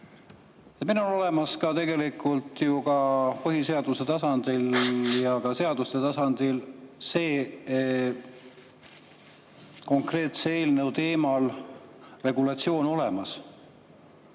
Meil on tegelikult ju põhiseaduse tasandil ja ka seaduste tasandil selle konkreetse eelnõu teemal regulatsioon olemas.